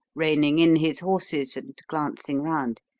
reining in his horses and glancing round.